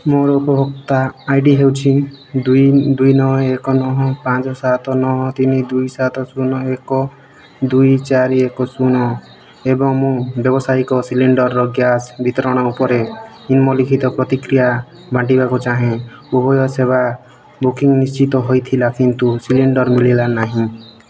ମୋର ଉପଭୋକ୍ତା I D ହେଉଛି ଦୁଇ ନଅ ଏକ ନଅ ପାଞ୍ଚ ସାତ ନଅ ତିନି ଦୁଇ ସାତ ଶୂନ ଏକ ଦୁଇ ଚାରି ଏକ ଶୂନ ଏବଂ ମୁଁ ବ୍ୟାବସାୟିକ ସିଲିଣ୍ଡର୍ ଗ୍ୟାସ ବିତରଣ ଉପରେ ନିମ୍ନଲିଖିତ ପ୍ରତିକ୍ରିୟା ବାଣ୍ଟିବାକୁ ଚାହେଁ ସେବା ବୁକିଂ ନିଶ୍ଚିତ ହୋଇଥିଲା କିନ୍ତୁ ସିଲିଣ୍ଡର୍ ମିଳିଲା ନାହିଁ